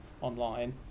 online